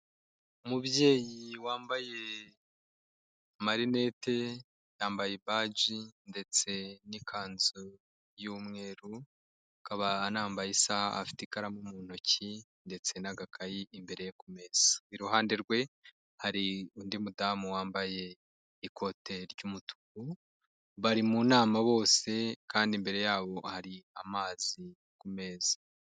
Umubyeyi wambaye amarinete, yambaye ibaji ndetse n'ikanzu y'umweru, akaba anambaye isaha, afite ikaramu mu ntoki ndetse n'agakayi imbere ku meza, iruhande rwe hari undi mudamu wambaye ikote ry'umutuku, bari mu nama bose, kandi imbere yabo hari amazi ku meza.